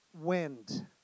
wind